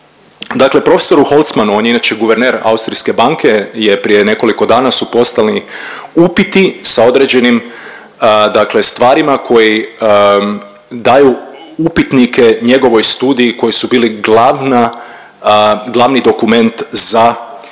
Dakle, profesoru Holzmannu on je inače guverner austrijske banke je prije nekoliko dana su postavljeni upiti sa određenim dakle stvarima koji daju upitnike njegovoj studiji koji su bili glavna, glavni dokument za mirovinski